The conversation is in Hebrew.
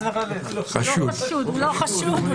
הוא לא חשוד.